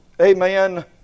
Amen